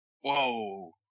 Whoa